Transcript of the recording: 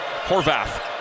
Horvath